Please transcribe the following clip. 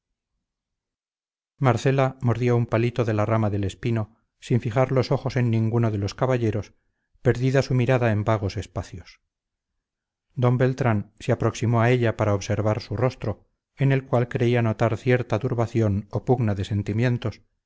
marcela mordía un palito de la rama del espino sin fijar los ojos en ninguno de los caballeros perdida su mirada en vagos espacios d beltrán se aproximó a ella para observar su rostro en el cual creía notar cierta turbación o pugna de sentimientos